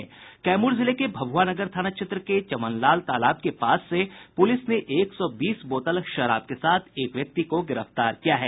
कैमूर जिले के भभुआ नगर थाना क्षेत्र के चमनलाल तालाब के पास से पुलिस ने एक सौ बीस बोतल शराब के साथ एक व्यक्ति को गिरफ्तार किया है